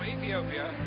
Ethiopia